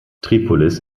tripolis